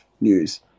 news